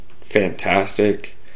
fantastic